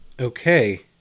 okay